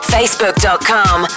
Facebook.com